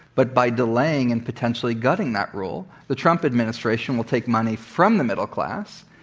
but by delaying and potentially gutting that rule, the trump administration will take money from the middle class,